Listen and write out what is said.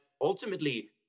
ultimately